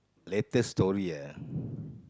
latest story ah